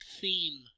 theme